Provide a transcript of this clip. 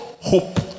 hope